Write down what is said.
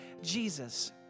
Jesus